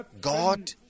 God